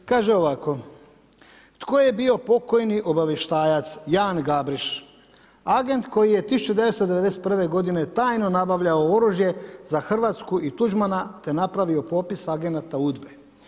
Kaže ovako, tko je bio pokojni obavještajac, Jan Gabriš, agent koji je 1991. g. tajno nabavljao oružje za Hrvatsku i Tuđmana, te napravio popis agenata udbe.